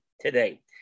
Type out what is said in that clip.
today